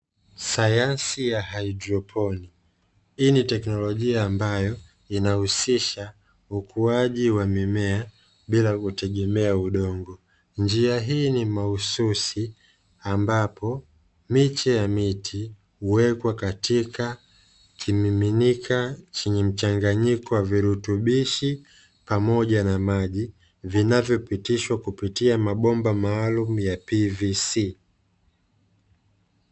Sayansi ya haidroponi, hii ni teknolojia ambayo inayohusisha ukuaji wa mimea, bila kutegemea udongo, Njia hii ni mahususi ambapo miche ya miti, huwekwa katika kimiminika chenye mchanganyiko wa virutubishi, pamoja na maji vinavyo pitishwa kupitia mabomba maalumu ya PVC.